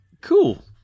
Cool